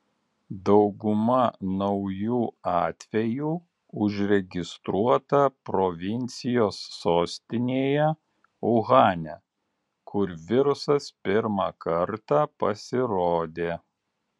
dauguma naujų atvejų užregistruota provincijos sostinėje uhane kur virusas pirmą kartą pasirodė